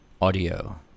audio